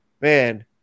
man